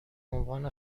عنوان